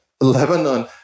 Lebanon